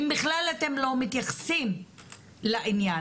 אם אתם בכלל לא מתייחסים לעניין?